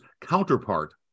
counterpart